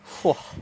!wah!